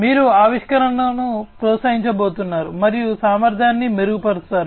మీరు ఆవిష్కరణను ప్రోత్సహించబోతున్నారు మరియు సామర్థ్యాన్ని మెరుగుపరుస్తారు